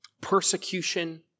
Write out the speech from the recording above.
persecution